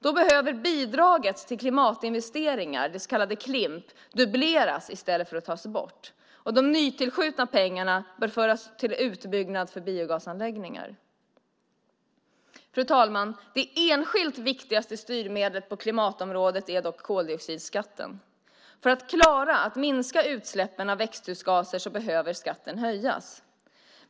Då behöver bidraget till klimatinvesteringar, det så kallade Klimp, dubbleras i stället för att tas bort, och de nytillskjutna pengarna bör föras till utbyggnad av biogasanläggningar. Fru talman! Det enskilt viktigaste styrmedlet på klimatområdet är dock koldioxidskatten. För att klara att minska utsläppen av växthusgaser behöver skatten höjas.